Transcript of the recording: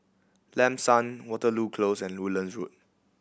Lam San Waterloo Close and Woodlands Road